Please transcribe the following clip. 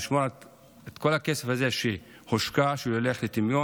לשמור את כל הכסף הזה שהושקע שלא ירד לטמיון,